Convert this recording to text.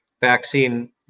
vaccine